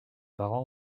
parents